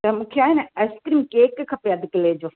त मूंखे आहे न एस्क्रीम केक खपे अध किले जो